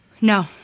No